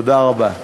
תודה רבה.